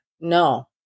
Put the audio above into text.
No